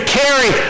carry